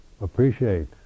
appreciate